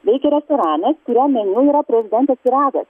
veikia restoranas kurio meniu yra prezidentės pyragas